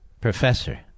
professor